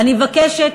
אני מבקשת